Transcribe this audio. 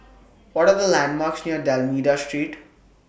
What Are The landmarks near D'almeida Street